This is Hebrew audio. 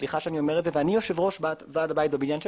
ואני יושב-ראש ועד הבית בבניין שלי.